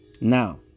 Now